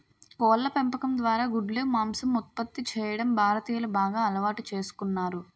కోళ్ళ పెంపకం ద్వారా గుడ్లు, మాంసం ఉత్పత్తి చేయడం భారతీయులు బాగా అలవాటు చేసుకున్నారు